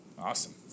Awesome